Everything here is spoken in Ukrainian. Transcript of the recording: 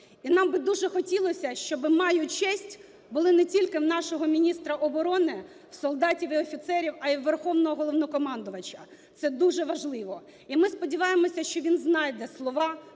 І нам би дуже хотілося, щоб "маю честь" були не тільки в нашого міністра оборони, в солдатів і офіцерів, а і у Верховного Головнокомандувача. Це дуже важливо. І ми сподіваємося, що він знайде слова